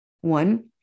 One